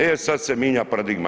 E, sad se minja paradigma.